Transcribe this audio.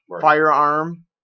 firearm